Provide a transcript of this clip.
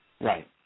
Right